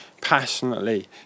passionately